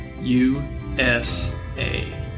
USA